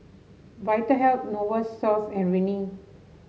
Vitahealth Novosource and Rene